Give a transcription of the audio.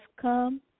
come